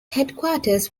headquarters